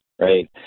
right